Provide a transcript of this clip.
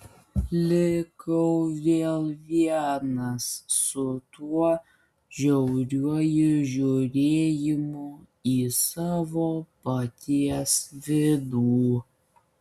likau vėl vienas su tuo žiauriuoju žiūrėjimu į savo paties vidų